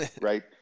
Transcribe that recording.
right